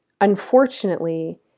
unfortunately